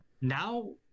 now